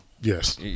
Yes